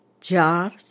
jars